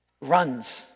runs